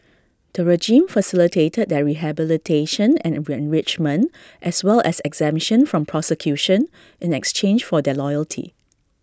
the regime facilitated their rehabilitation and enrichment as well as exemption from prosecution in exchange for their loyalty